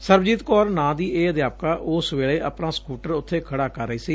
ਸਰਬਜੀਤ ਕੌਰ ਨਾਂ ਦੀ ਇਹ ਅਧਿਆਪਕਾ ਉਸ ਵੇਲੇ ਆਪਣਾ ਸਕੂਟਰ ਉਥੇ ਖੜ੍ਹਾ ਕਰ ਰਹੀ ਸੀ